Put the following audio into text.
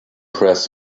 press